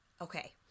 okay